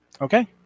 Okay